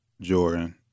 Jordan